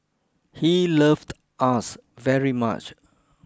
he loved us very much